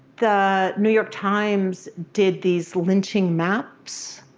the new york times did these lynching maps